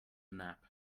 nap